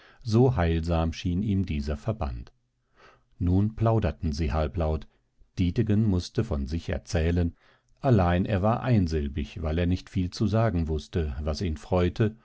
so heilsam schien ihm dieser verband nun plauderten sie halblaut dietegen mußte von sich erzählen allein er war einsilbig weil er nicht viel zu sagen wußte was ihn freute